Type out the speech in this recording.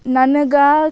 ನನಗೆ